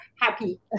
happy